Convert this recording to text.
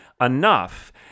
enough